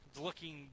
looking